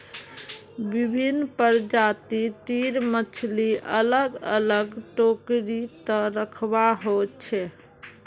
विभिन्न प्रजाति तीर मछली अलग अलग टोकरी त रखवा हो छे